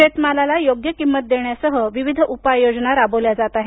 शेतमालाला योग्य किंमत देण्यासह विविध उपाय योजना राबवल्या जात आहेत